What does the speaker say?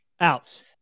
out